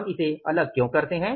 हम इसे अलग क्यों करते हैं